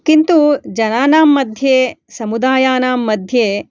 किन्तु जनानां मध्ये समुदायानां मध्ये